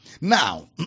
Now